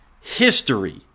history